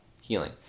Healing